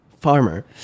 Farmer